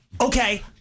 Okay